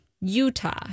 Utah